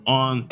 on